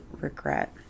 regret